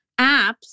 apps